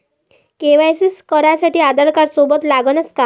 KYC करासाठी आधारकार्ड सोबत लागनच का?